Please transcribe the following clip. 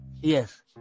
Yes